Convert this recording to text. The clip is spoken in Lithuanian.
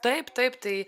taip taip tai